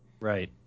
Right